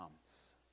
comes